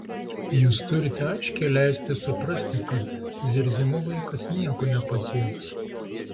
jūs turite aiškiai leisti suprasti kad zirzimu vaikas nieko nepasieks